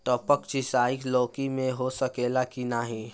टपक सिंचाई लौकी में हो सकेला की नाही?